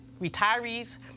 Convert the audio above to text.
retirees